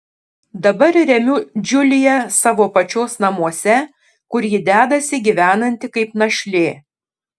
dabar remiu džiuliją savo pačios namuose kur ji dedasi gyvenanti kaip našlė